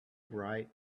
bright